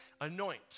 Anoint